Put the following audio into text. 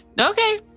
Okay